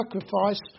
sacrifice